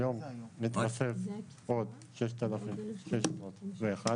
היום מתווספים עוד 6,611,